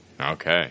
Okay